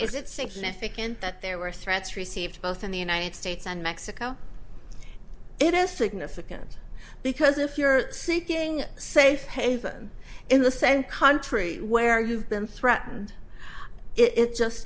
significant that there were threats received both in the united states and mexico it is significant because if you're seeking safe haven in the same country where you've been threatened it just